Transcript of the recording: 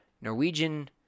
Norwegian